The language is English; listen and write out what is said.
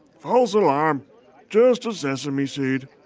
false alarm just a sesame seed